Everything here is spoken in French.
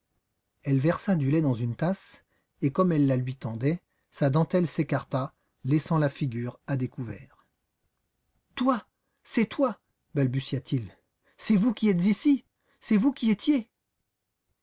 elle versa du lait dans une tasse et comme elle la lui tendait sa dentelle s'écarta laissant la figure à découvert toi c'est toi balbutia-t-il c'est vous qui êtes ici c'est vous qui étiez